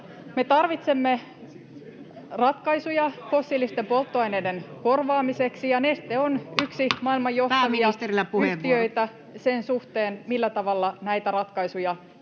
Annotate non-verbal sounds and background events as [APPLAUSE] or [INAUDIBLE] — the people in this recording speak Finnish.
Me tarvitsemme ratkaisuja fossiilisten polttoaineiden korvaamiseksi, ja Neste on yksi maailman johtavista... [NOISE] ...yhtiöistä sen suhteen, millä tavalla näitä ratkaisuja